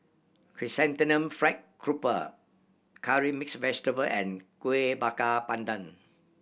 Chrysanthemum Fried Grouper curry mix vegetable and Kuih Bakar Pandan